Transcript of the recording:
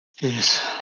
Yes